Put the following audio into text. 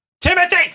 Timothy